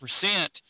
percent